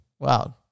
Wow